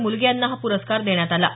मुलगे यांना हा पुरस्कार देण्यात आला आहे